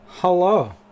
Hello